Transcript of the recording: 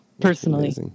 personally